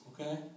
okay